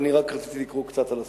רציתי לקרוא מעט על הסוכרים: